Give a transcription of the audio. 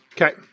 Okay